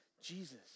Jesus